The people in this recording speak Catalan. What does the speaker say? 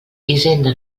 hisenda